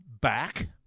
back